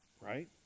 Right